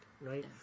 right